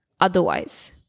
otherwise